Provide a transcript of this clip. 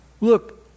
Look